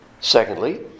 Secondly